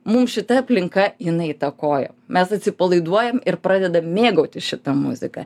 mum šita aplinka jinai įtakoja mes atsipalaiduojam ir pradedam mėgautis šita muzika